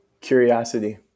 Curiosity